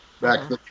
back